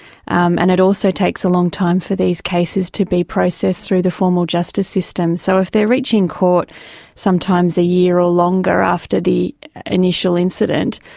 um and it also takes a long time for these cases to be processed through the formal justice system. so if they are reaching court sometimes a year or longer after the initial incident,